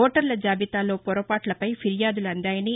ఓటర్ల జాబితాలో పొరపాట్లపై ఫిర్యాదులు అందాయని